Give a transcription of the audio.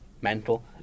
mental